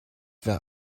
wer